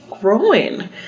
growing